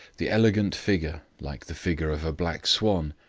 the elegant figure, like the figure of a black swan,